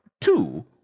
two